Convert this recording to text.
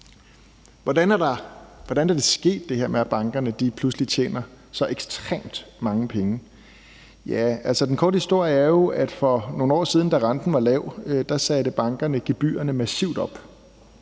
Hvordan er det her med, at bankerne lige pludselig tjener så ekstremt mange penge, sket? Den korte historie er jo, at for nogle år siden, da renten var lav, satte bankerne gebyrerne massivt op.